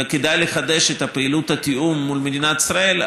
וכדאי לחדש את פעילות התיאום מול מדינת ישראל,